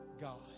God